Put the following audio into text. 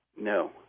No